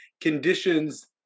conditions